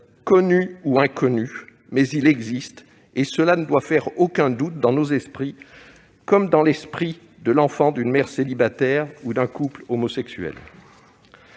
connu ou inconnu, il existe. Cela ne doit faire aucun doute dans nos esprits, comme dans l'esprit de l'enfant d'une mère célibataire ou d'un couple homosexuel.